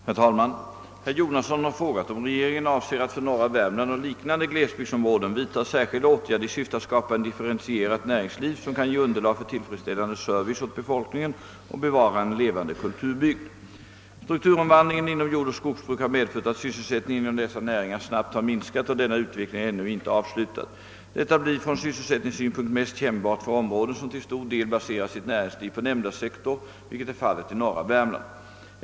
Herr talman! Herr Jonasson har frågat om regeringen avser att för norra Värmland och liknande glesbygdsområden vidta särskilda åtgärder i syfte att skapa ett differentierat näringsliv, som kan ge underlag för tillfredsställande service åt befolkningen och bevara en levande kulturbygd. Strukturomvandlingen inom = jordoch skogsbruk har medfört att sysselsättningen inom dessa näringar snabbt har minskat, och denna utveckling är ännu inte avslutad. Detta blir från sysselsättningssynpunkt mest kännbart för områden som till stor del baserar sitt näringsliv på nämnda sektor, vilket är fallet i norra Värmland.